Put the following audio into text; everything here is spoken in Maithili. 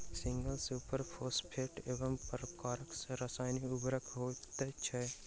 सिंगल सुपर फौसफेट एक प्रकारक रासायनिक उर्वरक होइत छै